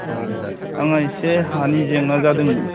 औ आङो इसे हानि जेंना जादोंमोन